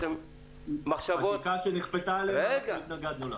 חקיקה שנכפתה עלינו והתנגדנו לה.